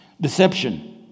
Deception